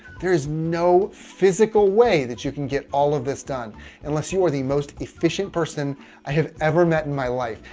there is no physical way that you can get all of this done unless you were the most efficient person i have ever met in my life.